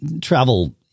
Travel